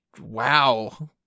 wow